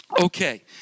Okay